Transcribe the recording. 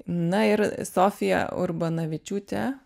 na ir sofija urbonavičiūtė